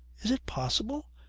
is it possible?